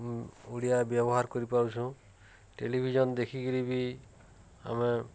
ଓଡ଼ିଆ ବ୍ୟବହାର କରିପାରୁଛୁଁ ଟେଲିଭିଜନ୍ ଦେଖିକରି ବି ଆମେ